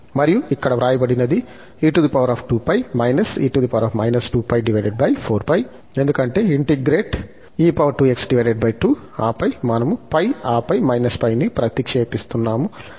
మరియు ఇక్కడ వ్రాయబడినది ఎందుకంటే ఇంటిగ్రేట్ ఆపై మనము π ఆపై −π ని ప్రతిక్షేపిస్తున్నాము